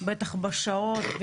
בטח עם כאלה שעות.